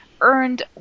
earned